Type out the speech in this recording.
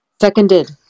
seconded